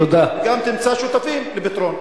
וגם תמצא שותפים לפתרון.